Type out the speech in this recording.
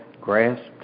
grasped